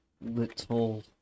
little